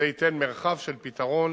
זה ייתן מרחב של פתרון.